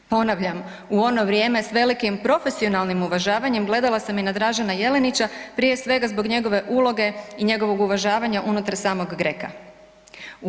Ponavljam, u ono vrijeme s velikim profesionalnim uvažavanjem gledala sam i na Dražena Jelenića, prije svega zbog njegove uloge i njegovog uvažavanja unutar samog GRECO-a.